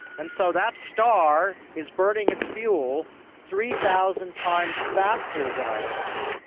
and so that star is burning its fuel three thousand times faster than our sun,